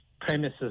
premises